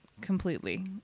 completely